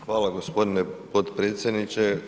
Hvala g. potpredsjedniče.